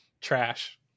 trash